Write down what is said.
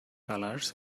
colors